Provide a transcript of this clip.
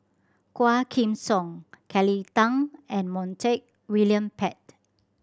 Quah Kim Song Kelly Tang and Montague William Pett